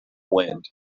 wind